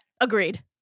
Agreed